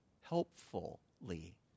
helpfully